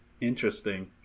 Interesting